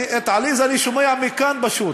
את עליזה אני שומע מכאן, פשוט.